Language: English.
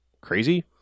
crazy